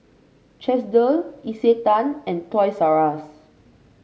Chesdale Isetan and Toys R Us